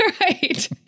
Right